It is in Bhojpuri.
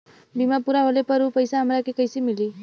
बीमा पूरा होले पर उ पैसा हमरा के कईसे मिली?